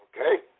Okay